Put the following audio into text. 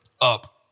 up